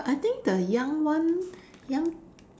but I think the young one young